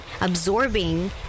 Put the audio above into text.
absorbing